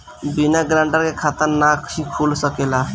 बिना गारंटर के खाता नाहीं खुल सकेला?